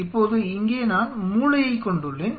இப்போது இங்கே நான் மூளையைக் கொண்டுள்ளேன்